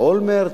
לאולמרט,